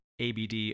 ABD